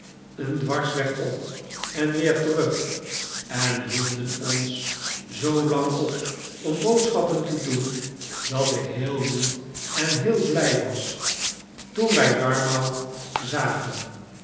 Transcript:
een dwarsweg op en weer terug en hielden ons zoo lang op om boodschappen te doen dat ik heel moe en heel blij was toen wij yarmouth zagen